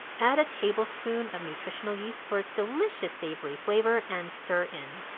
add a tablespoon of nutritional yeast for it's delicious savory flavour and stir in.